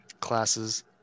classes